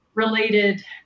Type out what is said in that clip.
related